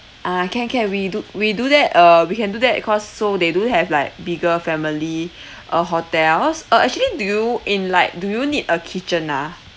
ah can can we do we do that uh we can do that cause seoul they do have like bigger family uh hotels uh actually do you in like do you need a kitchen ah